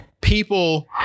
people